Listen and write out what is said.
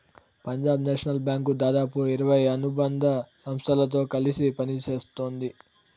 Punjab national bank దాదాపు ఇరవై అనుబంధ సంస్థలతో కలిసి పనిత్తోంది